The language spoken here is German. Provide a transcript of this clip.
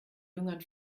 jüngern